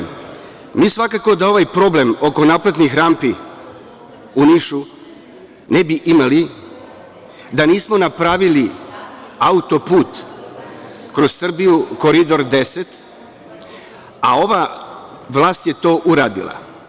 Mi svakako da ovaj problem oko naplatnih rampi u Nišu ne bi imali da nismo napravili autoput kroz Srbiju, Koridor 10, a ova vlast je to uradila.